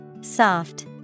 Soft